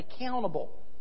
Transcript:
accountable